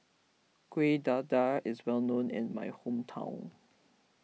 Kuih Dadar is well known in my hometown